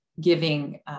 giving